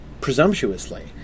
presumptuously